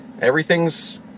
Everything's